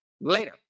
later